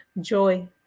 joy